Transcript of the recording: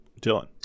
Dylan